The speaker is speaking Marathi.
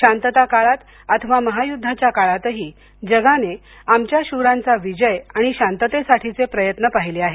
शांतता काळात अथवा महायुद्धाच्या काळातही जगाने आमच्या शूरांचा विजय आणि शांततेसाठीचे प्रयत्न पाहिले आहेत